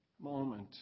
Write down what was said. moment